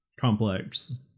complex